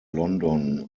london